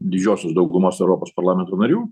didžiosios daugumos europos parlamento narių